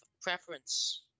preference